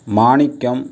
மாணிக்கம்